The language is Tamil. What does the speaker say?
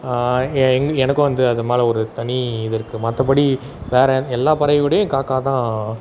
எங் எனக்கும் வந்து அதுமேலே ஒரு தனி இது இருக்குது மற்றபடி வேறு எல்லா பறவையை விடயும் காக்கா தான்